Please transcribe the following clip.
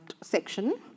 section